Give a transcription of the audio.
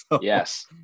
Yes